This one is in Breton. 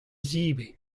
zebriñ